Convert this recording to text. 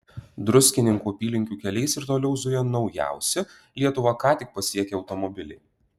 druskininkų apylinkių keliais ir toliau zuja naujausi lietuvą ką tik pasiekę automobiliai